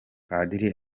padiri